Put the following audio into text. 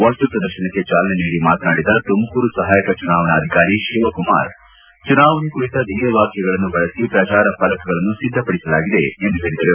ವಸ್ತು ಪ್ರದರ್ಶನಕ್ಕೆ ಚಾಲನೆ ನೀಡಿ ಮಾತನಾಡಿದ ತುಮಕೂರು ಸಹಾಯಕ ಚುನಾವಣಾಧಿಕಾರಿ ಶಿವಕುಮಾರ್ ಚುನಾವಣೆ ಕುರಿತ ಧ್ಯೇಯವಾಕ್ತಗಳನ್ನು ಬಳಸಿ ಪ್ರಜಾರ ಫಲಕಗಳನ್ನು ಸಿದ್ಧಪಡಿಸಲಾಗಿದೆ ಎಂದು ಹೇಳಿದರು